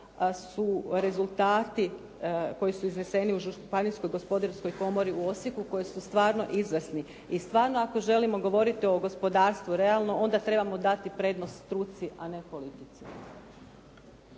su rezultati koji su izneseni u Županijskoj gospodarskoj komori u Osijeku koji su stvarno izvrsni. I stvarno, ako želimo govoriti o gospodarstvu realno onda trebamo dati prednost struci a ne politici.